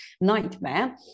nightmare